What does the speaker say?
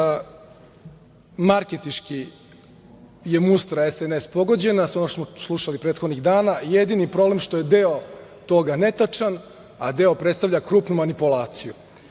marketinški je mustra SNS pogođena, sve ono što smo slušali prethodnih dana. Jedini je problem što je deo toga netačan, a deo predstavlja krupnu manipulaciju.